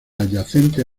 adyacentes